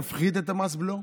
תפחית את הבלו?